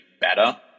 better